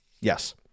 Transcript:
Yes